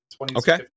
Okay